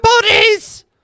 bodies